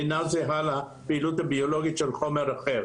אינה זהה לפעילות הביולוגית של חומר אחר.